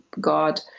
God